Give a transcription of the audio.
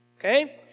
okay